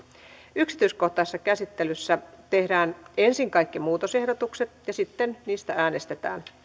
yksityiskohtaisessa käsittelyssä tehdään ensin kaikki muutosehdotukset ja sitten niistä äänestetään